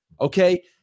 okay